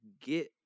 get